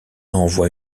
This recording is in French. envoie